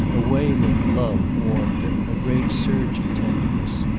a wave of love warmed him, a great surging tenderness.